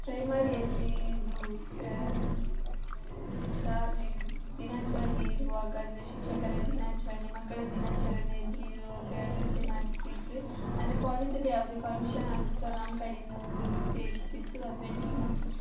ಪ್ರೈಮರಿಯಲ್ಲಿ ಇದು ಶಾಲೆ ದಿನಾಚರಣೆ ಇರುವಾಗ ಅಂದರೆ ಶಿಕ್ಷಕರ ದಿನಾಚರಣೆ ಮಕ್ಕಳ ದಿನಾಚರಣೆಯಲ್ಲಿ ಇರುವಾಗ ನೃತ್ಯ ಮಾಡ್ತಿದ್ವಿ ಅಂರೆದ ಕಾಲೇಜಲ್ಲಿ ಯಾವುದೇ ಫಂಕ್ಷನ್ ಆದರೂ ಸಹ ನಮ್ಮ ಕಡೆಯಿಂದ ಒಂದು ನೃತ್ಯ ಇರ್ತಿತ್ತು ಅಂದರೆ ಟೀಮಾಗಿ